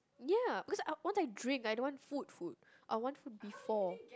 ya because I once I drink I don't food food I want food before